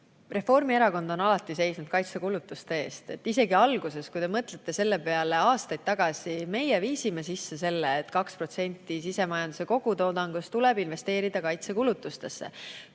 Reformierakond on alati seisnud kaitsekulutuste eest. Päris alguses, kui te mõtlete aja peale aastaid tagasi, me viisime sisse selle, et 2% sisemajanduse kogutoodangust tuleb investeerida kaitsekulutustesse.